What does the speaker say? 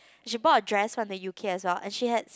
she bought a dress one from the U_K as well and she had